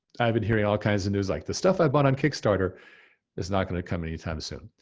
i've been hearing all kinds of news, like the stuff i bought on kickstarter is not gonna come anytime soon.